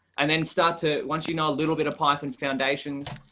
and then start to once you know a little bit of python foundations,